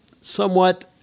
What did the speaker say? somewhat